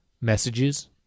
messages